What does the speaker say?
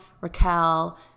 Raquel